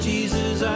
Jesus